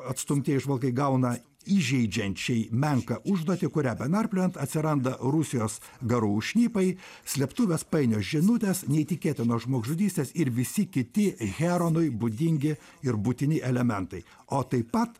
atstumtieji žvalgai gauna įžeidžiančiai menką užduotį kurią benarpliojant atsiranda rusijos garų šnipai slėptuvės painios žinutės neįtikėtinos žmogžudystės ir visi kiti heronui būdingi ir būtini elementai o taip pat